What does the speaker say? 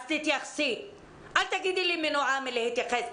אז תתייחסי, אל תגידי לי מנועה מלהתייחס.